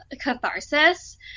catharsis